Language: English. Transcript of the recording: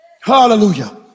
Hallelujah